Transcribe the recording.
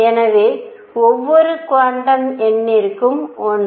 எனவே ஒவ்வொரு குவாண்டம் எண்ணிற்கும் ஒன்று